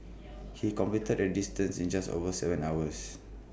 he completed the distance in just over Seven hours